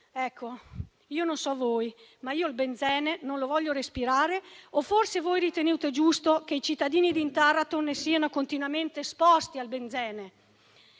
Non so voi, ma io il benzene non lo voglio respirare. O forse voi ritenete giusto che i cittadini di Taranto siano continuamente esposti al benzene?